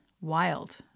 wild